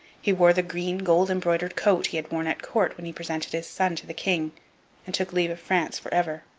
he wore the green, gold-embroidered coat he had worn at court when he presented his son to the king and took leave of france for ever.